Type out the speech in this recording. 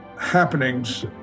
happenings